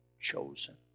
chosen